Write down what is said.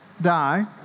die